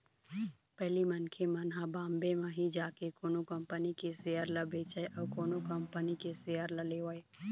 पहिली मनखे मन ह बॉम्बे म ही जाके कोनो कंपनी के सेयर ल बेचय अउ कोनो कंपनी के सेयर ल लेवय